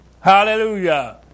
Hallelujah